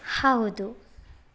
ಹೌದು